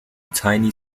tiny